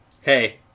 hey